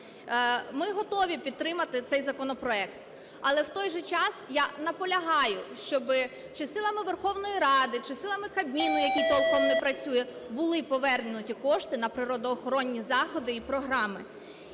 Ми готові підтримати цей законопроект. Але в той же час я наполягаю, щоби чи силами Верховної Ради, чи силами Кабміну, який толком не працює, були повернуті кошти на природоохоронні заходи і програми.